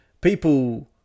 people